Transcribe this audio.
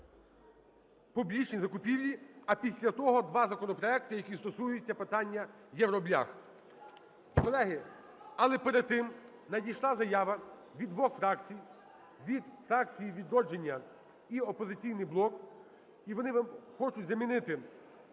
публічні закупівлі", а після того два законопроекти, які стосуються питання євроблях. Колеги, але перед тим надійшла заява від двох фракцій: від фракції "Відродження" і "Опозиційний блок", - і вони хочуть замінити